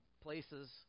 places